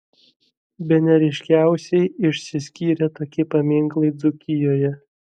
bene ryškiausiai išsiskyrė tokie paminklai dzūkijoje